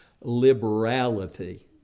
liberality